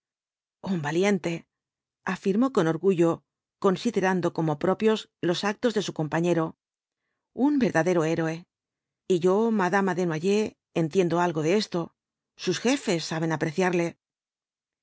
un valiente afirmó con orgullo considerando como propios los actos de su compañero un verdadero héroe y yo madama desnoyers entiendo algo de esto sus jefes saben apreciarle